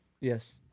Yes